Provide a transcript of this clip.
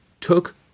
took